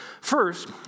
First